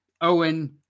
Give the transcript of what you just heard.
Owen